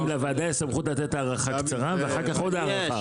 לוועדה יש סמכות לתת הארכה קצרה ואז עוד הארכה.